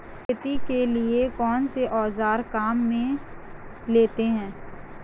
खेती के लिए कौनसे औज़ार काम में लेते हैं?